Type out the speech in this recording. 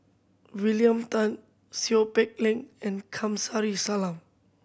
William Tan Seow Peck Leng and Kamsari Salam